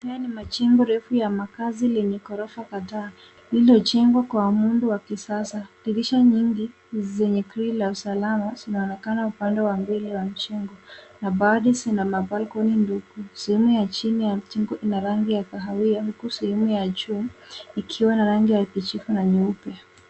Haya ni majengo refu ya makaazi lenye ghorofa kadhaa lililojengwa kwa muundo wa kisasa, dirisha nyingi zenye grili la usalama zinaonekana upande wa mbele wa jengo na baadhi zina balconies ndefu. Sehemu ya chini ya jengo ina rangi ya kahawia huku sehemu juu ikiwa na rangi ya kijivu na nyeupe.